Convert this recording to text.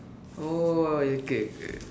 oh okay